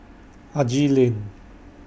Haji Lane